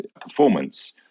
performance